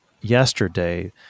yesterday